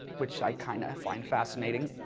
which i kind of find fascinating.